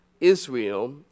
Israel